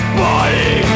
body